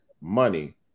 money